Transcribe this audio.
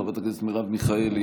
חברת הכנסת מרב מיכאלי,